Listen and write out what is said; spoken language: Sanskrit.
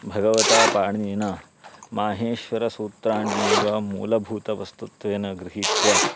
भगवता पाणिना माहेश्वरसूत्राण्येव मूलभूतवस्तुत्वेन गृहीत्वा